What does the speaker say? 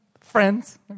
friends